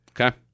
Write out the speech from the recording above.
Okay